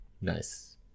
nice